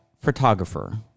photographer